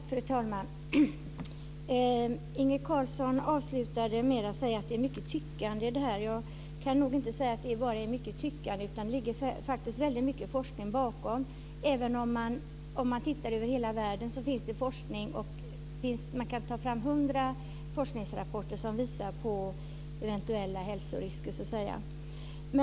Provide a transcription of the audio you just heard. Fru talman! Inge Carlsson avslutade med att säga att det är fråga om mycket tyckande. Jag kan inte säga att det är mycket tyckande. Det ligger mycket forskning bakom. Det finns forskning över hela världen. Man kan ta fram 100 forskningsrapporter som visar på eventuella hälsorisker.